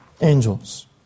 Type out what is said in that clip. angels